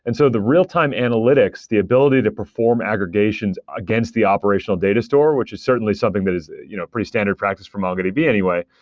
and so the real time analytics, the ability to perform aggregations against the operational data store, which is certainly something that is you know pretty standard practice for mongodb anyway,